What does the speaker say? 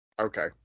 Okay